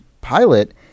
pilot